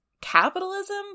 capitalism